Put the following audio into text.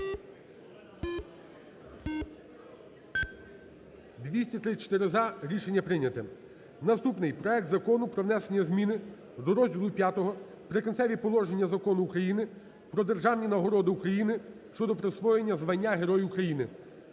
За-234 Рішення прийнято. Наступний. Проект Закону про внесення зміни до розділу V "Прикінцеві положення" Закону України "Про державні нагороди України" щодо присвоєння звання Герой України.